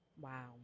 Wow